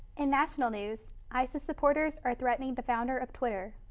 and national news. isis supporters are threatening the founder of twitter.